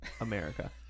America